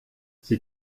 sie